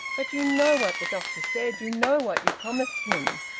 but you know what the doctor said! you know what you promised him!